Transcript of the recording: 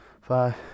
five